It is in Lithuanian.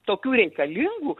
tokių reikalingų